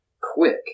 quick